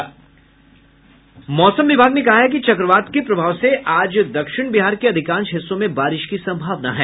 मौसम विभाग ने कहा है कि चक्रवात के प्रभाव से आज दक्षिण बिहार के अधिकांश हिस्सों में बारिश की सम्भावना है